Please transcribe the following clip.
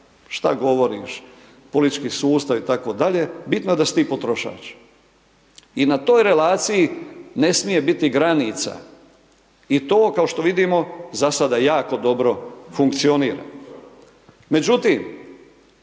šta govoriš, politički sustav itd. bitno je da si ti potrošač. I na toj relaciji ne smije biti granica i to kao što vidimo, za sada jako dobro funkcionira.